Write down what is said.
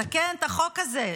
לתקן את החוק הזה,